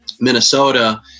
minnesota